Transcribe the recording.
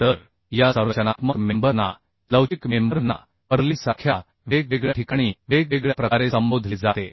तर या संरचनात्मक मेंबर ना लवचिक मेंबर ना पर्लिनसारख्या वेगवेगळ्या ठिकाणी वेगवेगळ्या प्रकारे संबोधले जाते